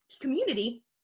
community